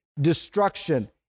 destruction